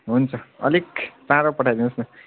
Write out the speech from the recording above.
हुन्छ अलिक चाँडो पठाइदिनुहोस् न